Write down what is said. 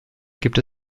gibt